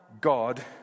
God